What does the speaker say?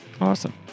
awesome